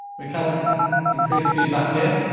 we can increase feedback here,